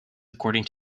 according